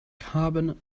carbon